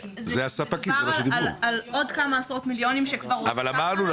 מדובר על עוד כמה עשרות מיליונים שכבר --- אבל אמרנו,